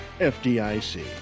FDIC